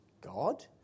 God